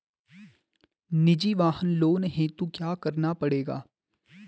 निजी वाहन लोन हेतु क्या करना पड़ेगा?